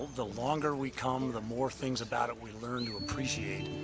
the longer we come, the more things about it we learn to appreciate.